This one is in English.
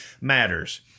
matters